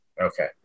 Okay